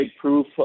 proof